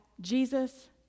Jesus